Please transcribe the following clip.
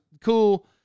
cool